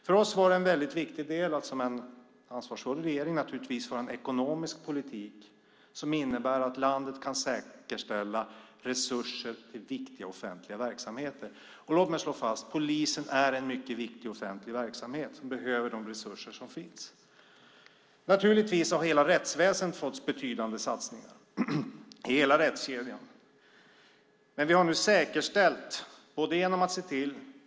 För oss är det väldigt viktigt att som ansvarsfull regering ha en ekonomisk politik som innebär att landet kan säkerställa resurser till viktiga offentliga verksamheter. Låt mig slå fast: Polisen är en mycket viktig offentlig verksamhet som behöver de resurser som finns. Naturligtvis har hela rättsväsendet och hela rättskedjan fått betydande satsningar.